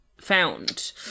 found